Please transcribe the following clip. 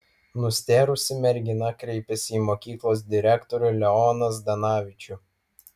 nustėrusi mergina kreipėsi į mokyklos direktorių leoną zdanavičių